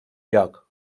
lloc